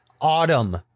autumn